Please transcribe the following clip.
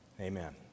amen